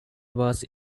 was